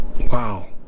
Wow